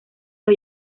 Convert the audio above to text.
los